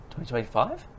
2025